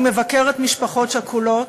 אני מבקרת משפחות שכולות,